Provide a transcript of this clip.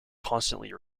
constantly